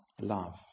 love